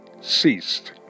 ceased